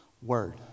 Word